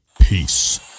Peace